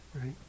right